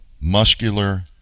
muscular